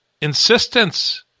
insistence